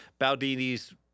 Baldini's